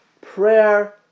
prayer